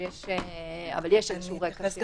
אבל יש איזשהו רקע.